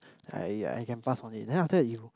I I can pass on it then after that you